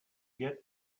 get